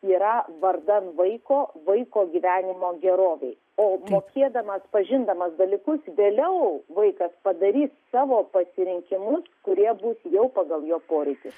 yra vardan vaiko vaiko gyvenimo gerovei o mokėdamas pažindamas dalykus vėliau vaikas padarys savo pasirinkimus kurie bus jau pagal jo poreikius